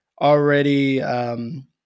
already –